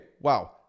Wow